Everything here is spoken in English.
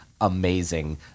amazing